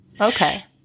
Okay